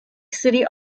city